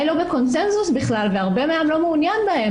לא בקונצנזוס בכלל והרבה מהעם לא מעוניין בהן.